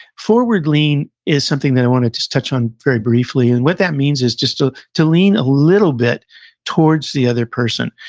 forward lean is something that i wanted to just touch on very briefly. and what that means is just ah to lean a little bit towards the other person.